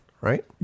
Right